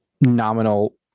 nominal